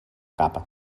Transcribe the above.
capa